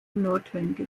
notwendig